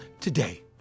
today